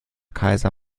kaiser